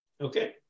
Okay